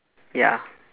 ya